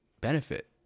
benefit